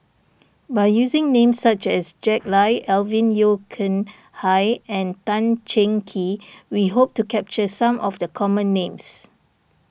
by using names such as Jack Lai Alvin Yeo Khirn Hai and Tan Cheng Kee we hope to capture some of the common names